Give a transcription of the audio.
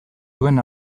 duen